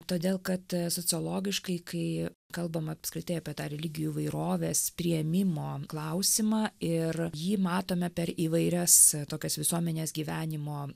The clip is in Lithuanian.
todėl kad sociologiškai kai kalbam apskritai apie tą religijų įvairovės priėmimo klausimą ir jį matome per įvairias tokias visuomenės gyvenimo